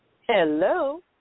Hello